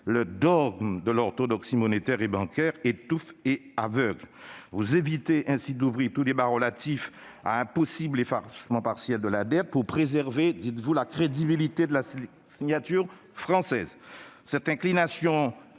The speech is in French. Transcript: Le dogme de l'orthodoxie monétaire et bancaire étouffe et aveugle. Vous évitez ainsi d'ouvrir tout débat relatif à un possible effacement partiel de la dette pour préserver, dites-vous, la crédibilité de la signature française. Cette inclination